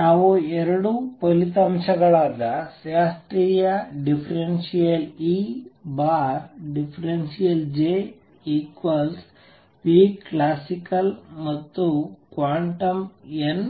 ನಾವು ಎರಡು ಫಲಿತಾಂಶಗಳಾದ ಶಾಸ್ತ್ರೀಯ ∂E∂JClassical ಮತ್ತು ಕ್ವಾಂಟಮ್ n